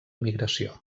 migració